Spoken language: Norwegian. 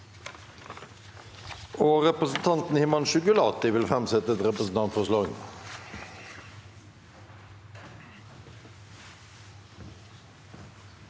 Representanten Himanshu Gulati vil framsette et representantforslag.